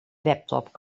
laptop